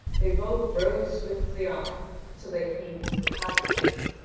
they both rode swiftly on till they came to the palace-gate.